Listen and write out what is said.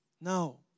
No